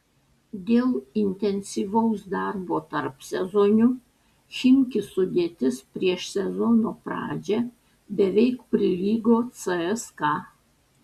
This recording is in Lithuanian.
dėl intensyvaus darbo tarpsezoniu chimki sudėtis prieš sezono pradžią beveik prilygo cska